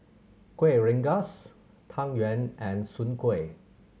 Kuih Rengas Tang Yuen and Soon Kuih